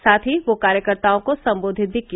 साथ ही कार्यकर्ताओं को संबोधित किया